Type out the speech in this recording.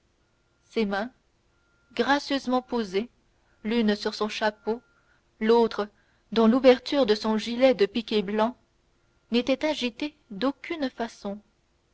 ses mains gracieusement posées l'une sur son chapeau l'autre dans l'ouverture de son gilet de piqué blanc n'étaient agitées d'aucun frisson